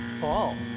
False